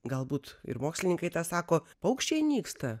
galbūt ir mokslininkai sako paukščiai nyksta